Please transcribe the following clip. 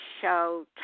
show